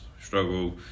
struggle